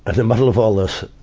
and the middle of all this,